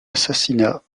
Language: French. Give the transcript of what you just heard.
assassinat